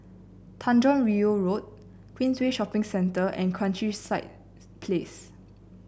Tanjong Rhu Road Queensway Shopping Centre and Countryside Place